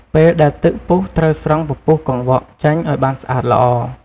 ពេលដែលទឹកពុះត្រូវស្រង់ពពុះកង្វក់ចេញឱ្យបានសា្អតល្អ។